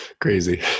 crazy